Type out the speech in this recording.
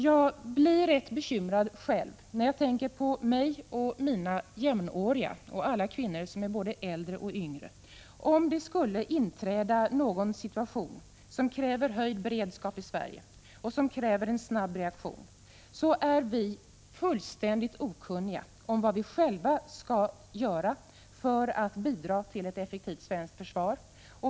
Jag blir rätt bekymrad själv när jag tänker på mig och mina jämnåriga samt på alla kvinnor som är äldre och yngre. Om det skulle inträda en situation som kräver höjd beredskap i Sverige och snabb reaktion, är vi fullständigt okunniga om vad vi själva skall göra för att bidra till ett effektivt svenskt försvar.